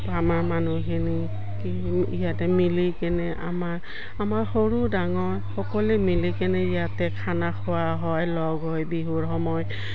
আমাৰ মানুহখিনি কি ইয়াতে মিলি কেনে আমাৰ আমাৰ সৰু ডাঙৰ সকলোৱে মিলি কেনে ইয়াতে খানা খোৱা হয় লগ হৈ বিহুৰ সময়ত